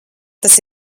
tas